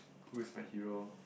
who is my hero